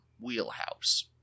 wheelhouse